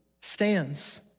stands